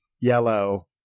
yellow